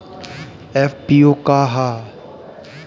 FPO का ह?